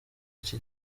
iki